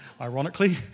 Ironically